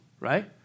right